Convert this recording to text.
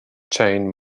chain